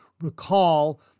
recall